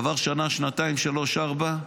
עברו שנה, שנתיים, שלוש, ארבע,